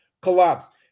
collapsed